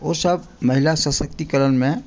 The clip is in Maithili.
ओ सभ महिला सशक्तिकरणमे